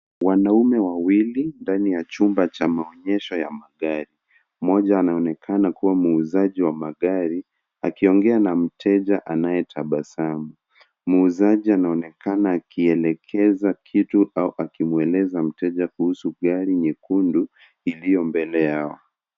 Wanaume wawili ndani ya chumba cha maonyesho ya magari. Mmoja anaonekana kuwa muuzaji wa magari, akiongea na mteja anayetabasamu. Muuzaji anaonekana akielekeza kitu au akimueleza mteja kuhusu gari nyekundu iliyo mbele yao.